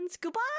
goodbye